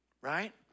right